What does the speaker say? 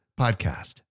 podcast